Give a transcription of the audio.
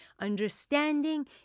Understanding